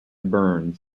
burns